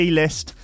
list